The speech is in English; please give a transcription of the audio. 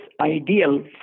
ideal